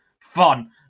fun